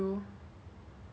what what could be bad